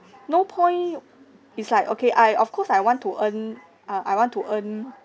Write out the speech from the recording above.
no point is like okay I of course I want to earn uh I want to earn